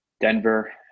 Denver